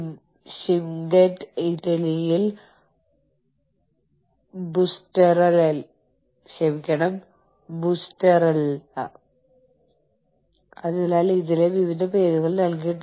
മൂന്നാം ഘട്ടം സ്ഥാപനം ബൌദ്ധികമായി അതിന്റെ ചില പ്രവർത്തനങ്ങൾ മാതൃരാജ്യത്തിന് പുറത്തേക്ക് മാറ്റുന്നു